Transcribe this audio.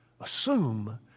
assume